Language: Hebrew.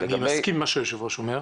אני מסכים עם מה שהיו"ר אומר,